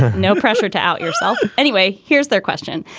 no pressure to out yourself. anyway, here's their question.